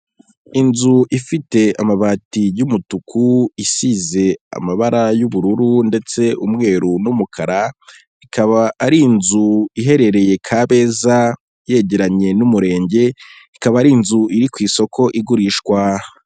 Inzu ifite amabati y'umutuku, isize amabara y'ubururu, ndetse umweru n'umukara, ikaba ari inzu iherereye Kabeza, yegeranye n'umurenge, ikaba ari inzu iri ku isoko, igurishwa.